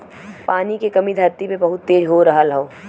पानी के कमी धरती पे बहुत तेज हो रहल हौ